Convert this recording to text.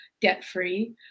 debt-free